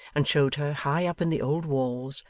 and showed her, high up in the old walls,